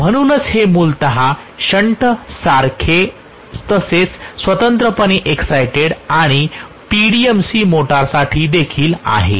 म्हणूनच हे मूलतः शंट तसेच स्वतंत्रपणे एक्सायटेड आणि PDMC मोटरसाठी देखील आहे